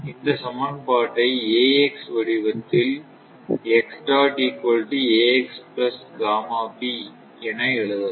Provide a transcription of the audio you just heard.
இந்த சமன்பாட்டை AX வடிவத்தில் என எழுதலாம்